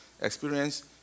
experience